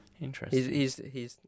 Interesting